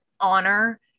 honor